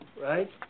Right